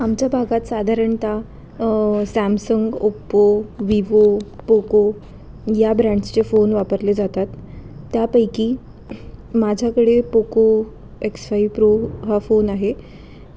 आमच्या भागात साधारणत सॅमसंग ओप्पो विवो पोको या ब्रँड्सचे फोन वापरले जातात त्यापैकी माझ्याकडे पोको एक्स फाय प्रो हा फोन आहे